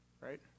right